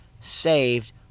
saved